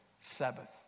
Sabbath